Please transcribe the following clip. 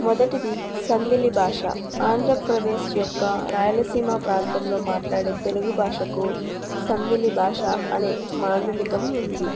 మొదటిది సందిలి భాష ఆంధ్రప్రదేశ్ యొక్క రాయలసీమ ప్రాంతంలో మాట్లాడే తెలుగు భాషకు సందిలి భాష అనే మాండలికం ఉంది